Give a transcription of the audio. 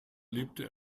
lebte